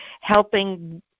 helping